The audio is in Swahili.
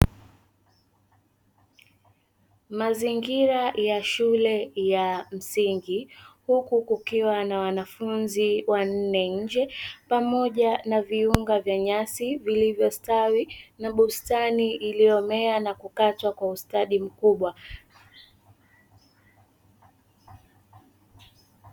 Mazingira ya shule ya msingi huku kukiwa na wanafunzi wanne nje pamoja na viunga vya nyasi vilivyostawi na bustani iliyomea na kukatwa kwa ustadi mkubwa.